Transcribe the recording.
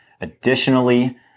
Additionally